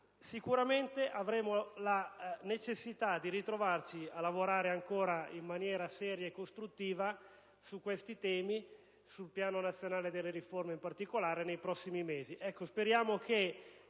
Sicuramente avremo la necessità di ritrovarci a lavorare ancora in maniera seria e costruttiva su questi temi, sul piano nazionale delle riforme in particolare, nei prossimi mesi.